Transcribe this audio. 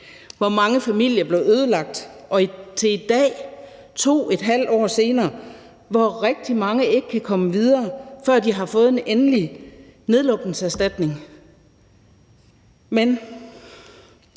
hvor mange familier blev ødelagt og i dag, 2½ år senere, hvor rigtig mange ikke kan komme videre, før de har fået en endelig nedlukningserstatning. Vi